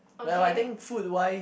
like what I think food wise